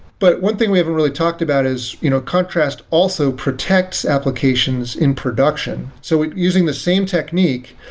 but one thing we haven't really talked about is you know contrast also protects applications in production. so using the same technique,